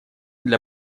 для